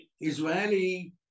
Israeli